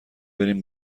برین